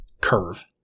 curve